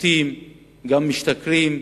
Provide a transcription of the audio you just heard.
שותים וגם משתכרים,